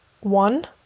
one